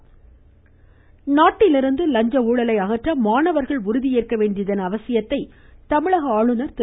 பன்வாரிலால் புரோஹித் நாட்டிலிருந்து லஞ்ச ஊழலை அகற்ற மாணவர்கள் உறுதி ஏற்க வேண்டியதன் அவசியத்தை தமிழக ஆளுநர் திரு